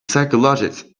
psychologist